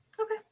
Okay